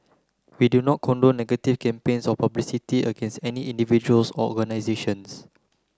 we do not condone negative campaigns or publicity against any individuals or organisations